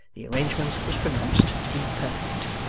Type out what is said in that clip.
the arrangement was pronounced to be perfect.